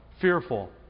fearful